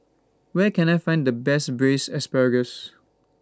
Where Can I Find The Best Braised Asparagus